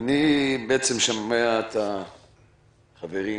אני שומע את חברי